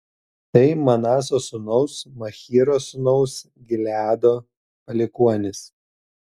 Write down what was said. tai manaso sūnaus machyro sūnaus gileado palikuonys